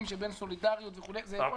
שבין סולידריות וכולי זה נורא מורכב.